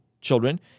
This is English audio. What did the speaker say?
children